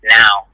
now